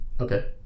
okay